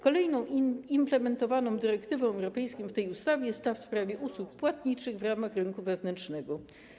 Kolejną implementowaną dyrektywą europejską w tej ustawie jest ta w sprawie usług płatniczych w ramach rynku wewnętrznego.